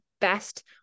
best